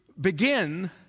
begin